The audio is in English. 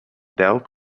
dealt